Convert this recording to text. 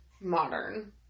modern